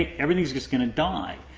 everything is just going to die.